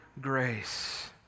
grace